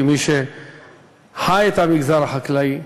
כמי שחי את המגזר החקלאי,